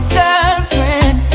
girlfriend